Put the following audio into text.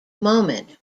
moment